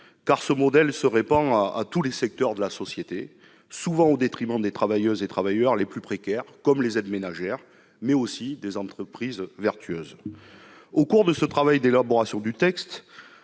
en cause se répand à tous les secteurs de la société, souvent au détriment des travailleuses et travailleurs les plus précaires, comme les aides ménagères, mais aussi des entreprises vertueuses. Au cours du travail d'élaboration du texte,